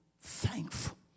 thankful